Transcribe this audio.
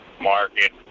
market